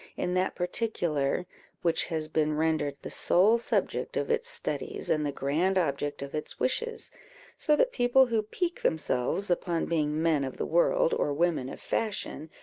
in that particular which has been rendered the sole subject of its studies and the grand object of its wishes so that people who pique themselves upon being men of the world, or women of fashion,